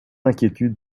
inquiétude